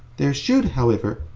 there should, however,